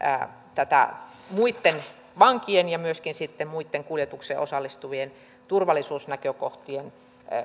tätä muitten vankien ja myöskään sitten muitten kuljetukseen osallistuvien turvallisuusnäkökohtien